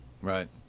Right